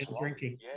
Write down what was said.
drinking